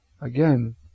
Again